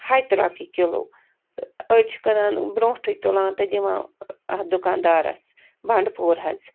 ہَتہِ رۄپیہِ کِلو تہٕ أڑۍ چھِ کٕنان برٛۄنٹھٕے تُلان تہٕ دِوان دُکان دارس بنٛڈٕ پوٗر حظ